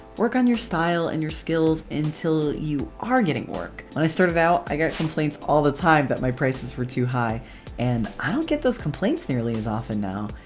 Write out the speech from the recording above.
work on your style and your skills until you are getting work. when i started out i got complaints all the time but my prices were too high and i don't get those complaints nearly as often now.